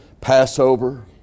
Passover